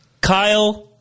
Kyle